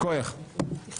הישיבה ננעלה בשעה 15:59.